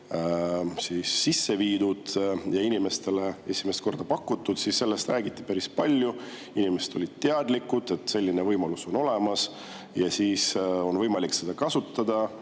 sisse viidi ja seda inimestele esimest korda pakuti, siis sellest räägiti päris palju. Inimesed olid teadlikud, et selline võimalus on olemas ja on võimalik seda kasutada,